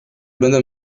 będę